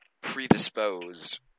predisposed